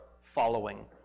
following